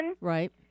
Right